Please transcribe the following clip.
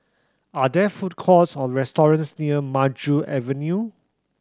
are there food courts or restaurants near Maju Avenue